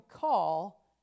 call